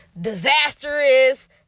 disastrous